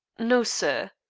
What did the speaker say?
no, sir.